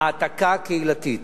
העתקה קהילתית.